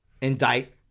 indict